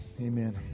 amen